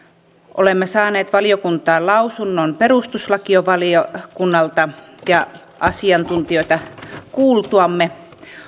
olemme saaneet valiokuntaan lausunnon perustuslakivaliokunnalta ja asiantuntijoita kuultuamme